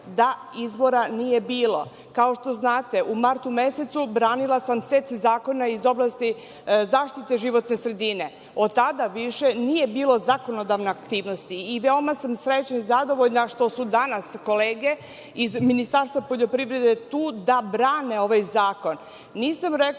da izbora nije bilo. Kao što znate, u martu mesecu branila sam set zakona iz oblasti zaštite životne sredine, od tada više nije bilo zakonodavne aktivnosti. Veoma sam srećna i zadovoljna što su danas kolege iz Ministarstva poljoprivrede tu da brane ovaj zakon. Nisam rekla